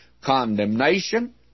condemnation